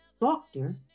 doctor